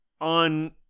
on